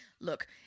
look